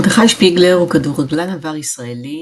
מרדכי שפיגלר הוא כדורגלן עבר ישראלי,